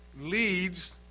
leads